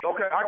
Okay